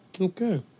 Okay